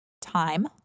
Time